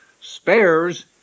spares